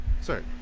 sorry